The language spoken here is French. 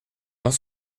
dans